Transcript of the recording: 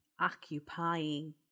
occupying